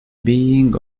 being